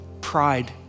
pride